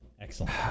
Excellent